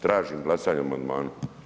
Tražim glasanje o amandmanu.